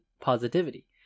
positivity